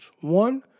One